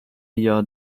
via